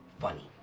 funny